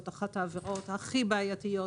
זאת אחת העבירות הכי בעייתיות ,